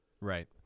right